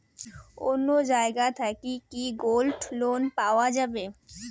অন্য জায়গা থাকি কি গোল্ড লোন পাওয়া যাবে?